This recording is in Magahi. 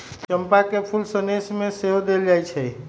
चंपा के फूल सनेश में सेहो देल जाइ छइ